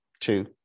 two